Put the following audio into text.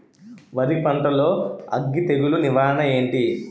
వరి పంటలో అగ్గి తెగులు నివారణ ఏంటి?